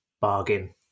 bargain